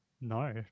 No